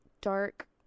dark